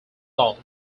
all